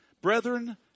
brethren